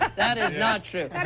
that that is not true. and